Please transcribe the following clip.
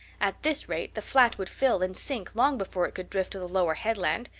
at this rate the flat would fill and sink long before it could drift to the lower headland.